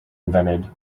invented